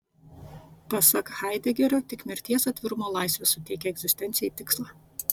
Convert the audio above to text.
pasak haidegerio tik mirties atvirumo laisvė suteikia egzistencijai tikslą